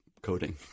coding